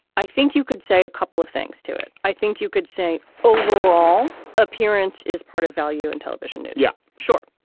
i think you could say a couple of things to it. i think you could say overall appearance is part of value in television. yeah, sure.